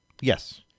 Yes